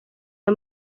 ayo